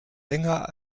länger